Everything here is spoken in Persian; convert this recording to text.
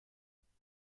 میگردم